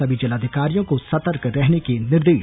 सभी जिलाधिकारियों को सतर्क रहने के निर्देश